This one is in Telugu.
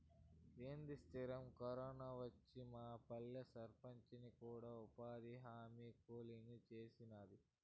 ఏంది సిత్రం, కరోనా వచ్చి మాపల్లె సర్పంచిని కూడా ఉపాధిహామీ కూలీని సేసినాది